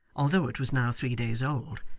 although it was now three days old,